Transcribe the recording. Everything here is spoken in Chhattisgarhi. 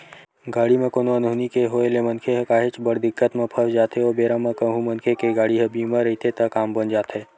गाड़ी म कोनो अनहोनी के होय ले मनखे ह काहेच बड़ दिक्कत म फस जाथे ओ बेरा म कहूँ मनखे के गाड़ी ह बीमा रहिथे त काम बन जाथे